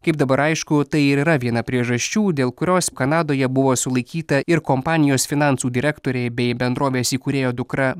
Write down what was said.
kaip dabar aišku tai ir yra viena priežasčių dėl kurios kanadoje buvo sulaikyta ir kompanijos finansų direktorė bei bendrovės įkūrėjo dukra